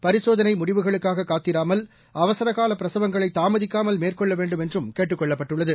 பரிசோதனை முடிவுகளுக்காக காத்திராமல் அவசரகால பிரசவங்களை தாமதிக்காமல் மேற்கொள்ள வேண்டும் என்றும் கேட்டுக் கொள்ளப்பட்டுள்ளது